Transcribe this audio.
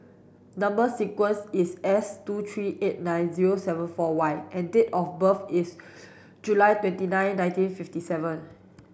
number sequence is S two three eight nine zero seven four Y and date of birth is July twenty nine nineteen fifty seven